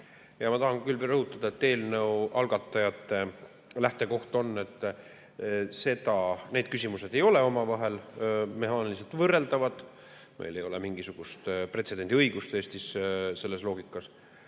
Ma tahan rõhutada seda: eelnõu algatajate lähtekoht on, et need küsimused ei ole omavahel mehaaniliselt võrreldavad. Meil ei ole mingisugust pretsedendiõigust Eestis selles loogikas.